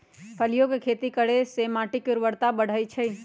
फलियों के खेती करे से माटी के ऊर्वरता बढ़ई छई